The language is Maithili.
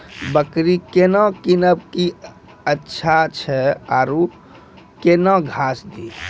बकरी केना कीनब केअचछ छ औरू के न घास दी?